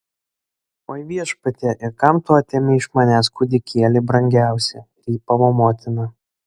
oi viešpatie ir kam tu atėmei iš manęs kūdikėlį brangiausią rypavo motina